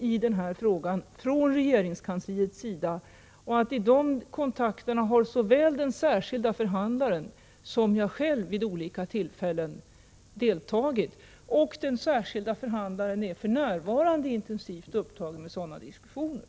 I dessa kontakter har både den särskilde förhandlaren och vid olika tillfällen även jag själv deltagit. Den särskilde förhandlaren är för närvarande intensivt upptagen med dessa diskussioner.